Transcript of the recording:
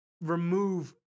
remove